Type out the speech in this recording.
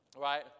right